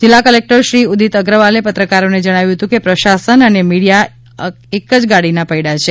જિલ્લા કલેક્ટર શ્રી ઉદિત અગ્રવાલે પત્રકારોને જણાવ્યું હતું કે પ્રશાસન અને મીડિયા અકે જ ગાડીના પૈડા છે